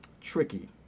tricky